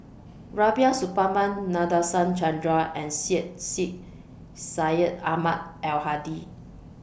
Rubiah Suparman Nadasen Chandra and Syed Sheikh Syed Ahmad Al Hadi